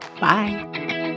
Bye